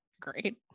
Great